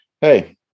hey